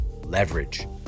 leverage